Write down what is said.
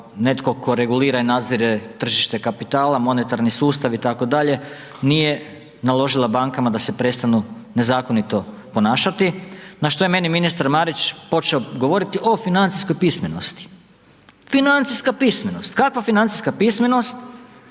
netko tko regulira i nadzire tržište kapitala, monetarni sustav itd., nije naložila bankama da se prestanu nezakonito ponašati na što je meni ministar Marić počeo govoriti o financijskoj pismenosti. Financijska pismenost, kakva financijska pismenost,